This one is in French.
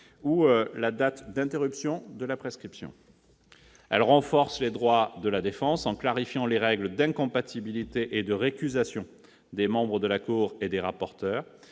-ou la date d'interruption de la prescription. Elles renforcent les droits de la défense en clarifiant les règles d'incompatibilité et de récusation des membres de la Cour et des rapporteurs,